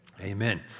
Amen